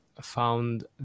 found